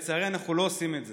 לצערי, אנחנו לא עושים את זה.